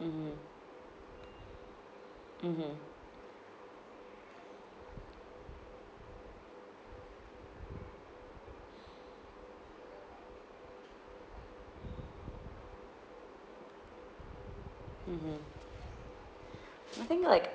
mmhmm mmhmm mmhmm I think like